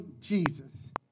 Jesus